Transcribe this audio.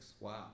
Wow